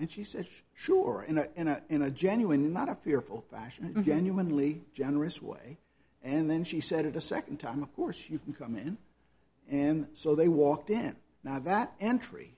and she said sure in a in a in a genuine not a fearful fashion genuinely generous way and then she said it a second time of course you can come in and so they walked in now that entry